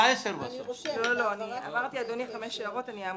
אני רושמת: העברת פרטי קשר להורים.